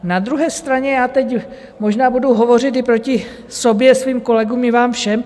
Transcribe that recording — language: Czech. Na druhé straně já teď možná budu hovořit i proti sobě, svým kolegům i vám všem.